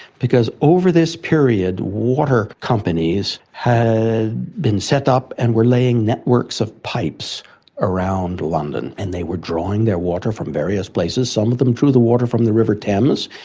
because over this period water companies had been set up and were laying networks of pipes around london and they were drawing their water from various places, some of them drew the water from the river thames.